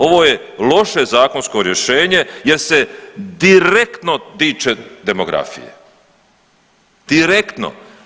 Ovo je loše zakonsko rješenje jer se direktno tiče demografije, direktno.